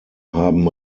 haben